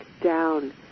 down